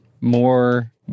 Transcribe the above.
More